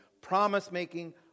promise-making